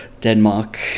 Denmark